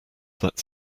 that